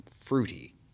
fruity